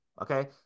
Okay